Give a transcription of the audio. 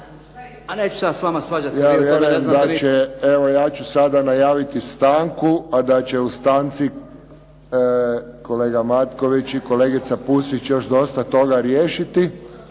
Ja vjerujem da će, evo ja ću sada najaviti stanku, a da će u stanci kolega Matković i kolegica Pusić još dosta toga riješiti.